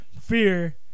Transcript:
fear